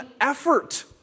effort